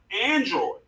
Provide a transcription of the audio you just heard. Android